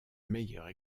meilleure